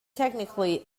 technically